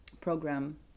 program